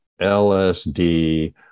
LSD